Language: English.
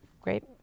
great